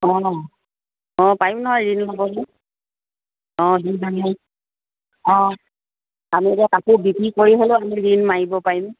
অঁ অঁ পাৰিম নহয় ঋণ ল'বলৈ অঁ ঋণ আমি অঁ আমি এতিয়া কাপোৰ বিক্ৰী কৰি হ'লেও আমি ঋণ মাৰিব পাৰিম